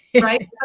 Right